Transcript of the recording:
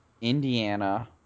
Indiana